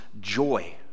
joy